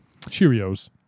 Cheerios